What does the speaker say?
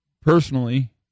personally